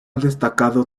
destacado